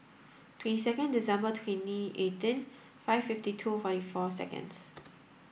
twenty second December twenty eighteen five fifty two forty four seconds